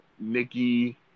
Nikki